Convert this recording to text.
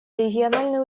региональные